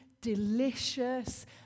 delicious